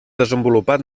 desenvolupat